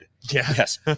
yes